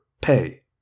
pay